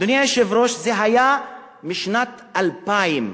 אדוני היושב-ראש, זה היה עוד בשנת 2000,